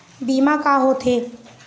बीमा का होते?